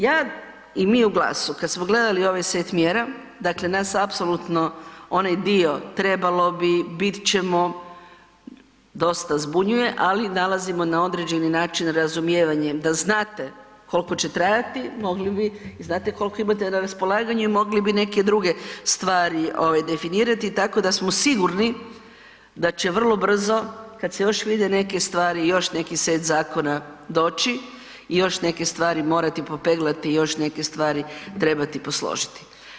Ja i mi u GLAS-u kad smo gledali ovaj set mjera, dakle nas apsolutno onaj dio trebalo bi, bit ćemo, dosta zbunjuje ali nalazimo i na određeni način razumijevanje, da znate koliko će trajati mogli bi i znate koliko imate na raspolaganju i mogli bi neke druge stvari ovaj definirati tako da smo sigurni da će vrlo brzo kad se vide još neke stvari još neki set zakona doći i još neke stvari morati popeglati i još neke stvari trebati posložiti.